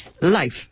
life